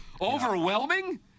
Overwhelming